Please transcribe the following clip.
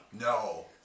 No